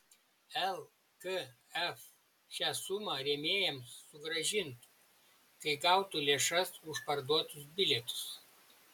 lkf šią sumą rėmėjams sugrąžintų kai gautų lėšas už parduotus bilietus